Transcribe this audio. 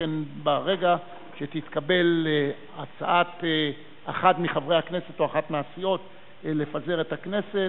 שכן ברגע שתתקבל הצעת אחד מחברי הכנסת או אחת מהסיעות לפזר את הכנסת,